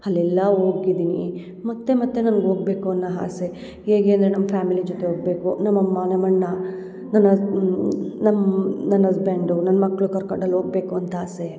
ಅಲ್ಲೆಲ್ಲ ಹೋಗಿದ್ದೀನಿ ಮತ್ತೆ ಮತ್ತೆ ನನ್ಗೆ ಹೋಗ್ಬೇಕು ಅನ್ನೋ ಆಸೆ ಹೇಗೆ ಅಂದರೆ ನಮ್ಮ ಫ್ಯಾಮಿಲಿ ಜೊತೆ ಹೋಗ್ಬೇಕು ನಮ್ಮ ಅಮ್ಮ ನಮ್ಮ ಅಣ್ಣ ನನ್ನ ಅಸ್ ನಮ್ಮ ನನ್ನ ಅಸ್ಬೆಂಡು ನನ್ನ ಮಕ್ಕಳು ಕರ್ಕಂಡು ಅಲ್ಲಿ ಹೋಗ್ಬೇಕು ಅಂತ ಆಸೆ